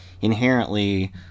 inherently